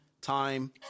time